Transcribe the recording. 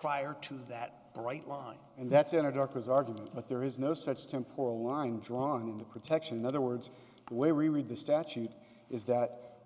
prior to that right line and that's in a doctor's argument but there is no such tempore a line drawing the protection other words the way we read the statute is that